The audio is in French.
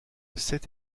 sept